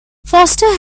foster